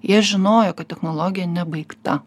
jie žinojo kad technologija nebaigta